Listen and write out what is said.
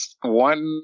One